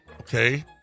Okay